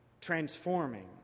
transforming